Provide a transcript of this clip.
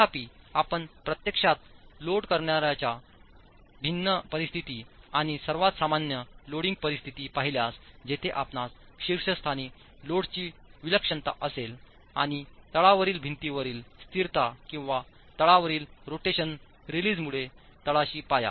तथापि आपण प्रत्यक्षात लोड करण्याच्या भिन्न परिस्थिती आणि सर्वात सामान्य लोडिंग परिस्थिती पाहिल्यास जिथे आपणास शीर्षस्थानी लोडची विलक्षणता असेल आणि तळावरील भिंतीवरील स्थिरता किंवा तळावरील रोटेशन रीलीजमुळे तळाशी पाया